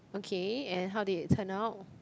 okay and how did it turn out